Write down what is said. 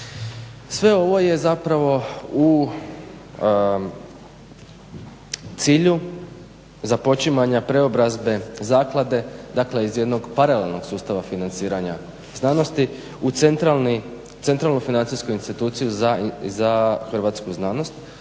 Sve ovo je zapravo u cilju započimanja preobrazbe zaklade, dakle iz jednog paralelnog sustava financiranja znanosti u centralnu financijsku instituciju za hrvatsku znanost,